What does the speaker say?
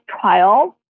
trial